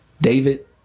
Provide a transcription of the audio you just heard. David